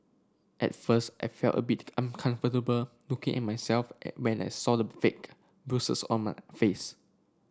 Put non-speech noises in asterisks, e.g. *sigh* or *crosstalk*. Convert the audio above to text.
at first I felt a bit uncomfortable looking at myself *hesitation* when I saw the fake bruises on my face